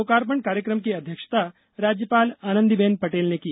लोकार्पण कार्यक्रम की अध्यक्षता राज्यपाल आनंदीबेन पटेल ने की